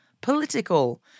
political